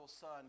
son